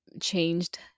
changed